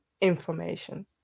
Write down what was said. information